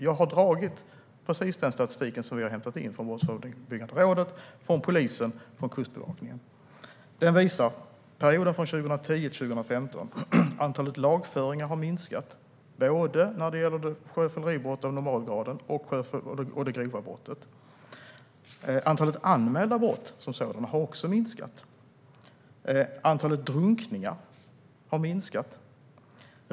Jag har dragit precis den statistik som vi har hämtat in från Brottsförebyggande rådet, polisen och Kustbevakningen. Den visar att antalet lagföringar minskade under perioden 2010-2015. Det gäller både sjöfylleribrott av normalgraden och det grova brottet. Antalet anmälda brott har också minskat. Antalet drunkningar har minskat.